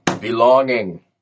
belonging